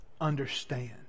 understand